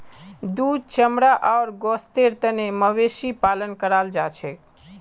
दूध चमड़ा आर गोस्तेर तने मवेशी पालन कराल जाछेक